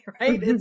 right